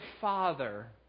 Father